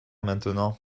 maintenant